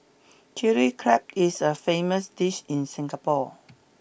chilli crab is a famous dish in Singapore